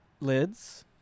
lids